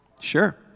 Sure